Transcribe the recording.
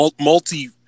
multi